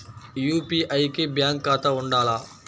UPI కి bank ఖాతా ఉండాల?